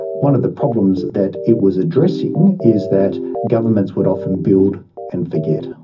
one of the problems that it was addressing is that governments would often build and forget.